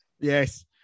Yes